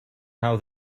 how